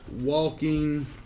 walking